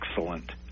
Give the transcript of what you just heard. excellent